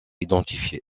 identifier